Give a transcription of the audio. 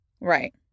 right